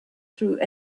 through